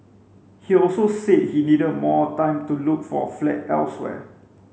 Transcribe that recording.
he also said he needed more time to look for a flat elsewhere